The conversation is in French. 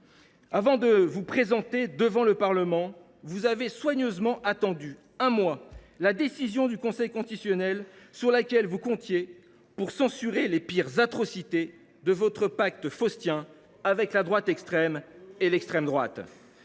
Avant de vous présenter devant le Parlement, vous avez soigneusement attendu, pendant un mois, que le Conseil constitutionnel rende sa décision : vous comptiez sur lui pour censurer les pires atrocités de votre pacte faustien avec la droite extrême et l’extrême droite.